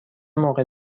موقع